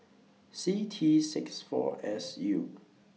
C T six four S U